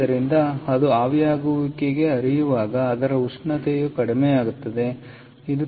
ಆದ್ದರಿಂದ ಅದು ಆವಿಯಾಗುವಿಕೆಗೆ ಹರಿಯುವಾಗ ಅದರ ಉಷ್ಣತೆಯು ಕಡಿಮೆಯಾಗುತ್ತದೆ